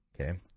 okay